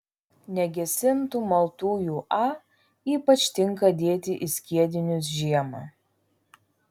negesintų maltųjų a ypač tinka dėti į skiedinius žiemą